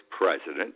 president